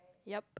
yup